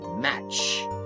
match